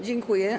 Dziękuję.